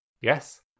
yes